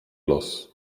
los